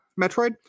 Metroid